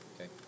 Okay